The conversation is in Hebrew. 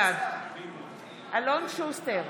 בעד אלון שוסטר,